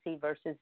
versus